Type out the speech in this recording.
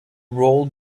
roll